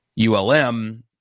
ULM